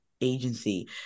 agency